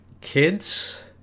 kids